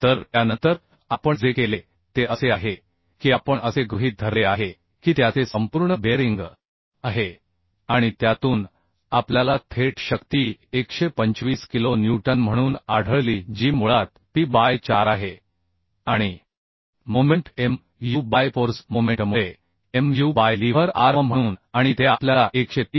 तर त्यानंतर आपण जे केले ते असे आहे की आपण असे गृहीत धरले आहे की त्याचे संपूर्ण बेअरिंग आहे आणि त्यातून आपल्याला थेट शक्ती 125 किलो न्यूटन म्हणून आढळली जी मुळात P बाय 4 आहे आणि मोमेंट Mu बाय फोर्स मोमेंटमुळे Mu बाय लीव्हर आर्म म्हणून आणि ते आपल्याला 130